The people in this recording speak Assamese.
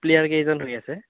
প্লেয়াৰ কেইজন হৈ আছে